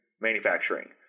manufacturing